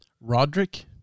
Roderick